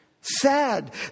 Sad